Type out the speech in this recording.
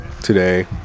today